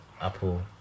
Apple